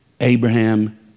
Abraham